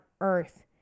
earth